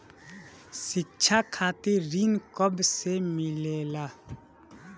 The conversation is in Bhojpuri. शिक्षा खातिर ऋण कब से मिलेला?